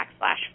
backslash